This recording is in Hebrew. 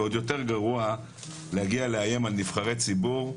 ועוד יותר גרוע להגיע לאיים על נבחרי ציבור.